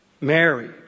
Mary